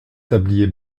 tablier